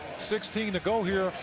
sixteen to go here,